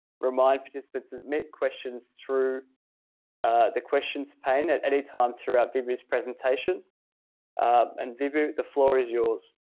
remind participants to submit questions through the questions pane at any time throughout vibhu's presentation and vibhu the floor is yours